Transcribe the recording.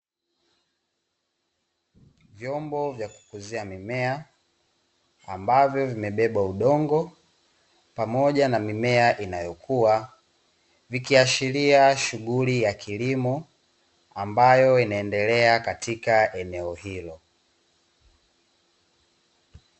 Vyombo vya kukuzia mimea, ambavyo vimebeba udongo pamoja na mimea inayokua, vikiashiria shughuli ya kilimo, ambayo inaendelea katika eneo hilo.